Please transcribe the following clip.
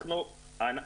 כן.